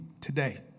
today